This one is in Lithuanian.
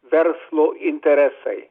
verslo interesai